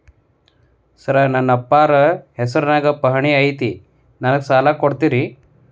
Sir ನನ್ನ ಅಪ್ಪಾರ ಹೆಸರಿನ್ಯಾಗ್ ಪಹಣಿ ಐತಿ ನನಗ ಸಾಲ ಕೊಡ್ತೇರಾ?